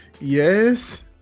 yes